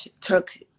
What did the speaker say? took